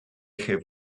have